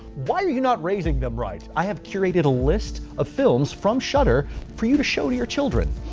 why are you not raising them right? i have curated a list of films from shudder for you to show to your children.